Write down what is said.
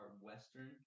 Western